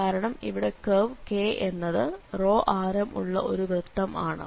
കാരണം ഇവിടെ curve K എന്നത് ആരം ഉള്ള ഒരു വൃത്തം ആണ്